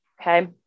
Okay